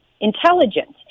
intelligence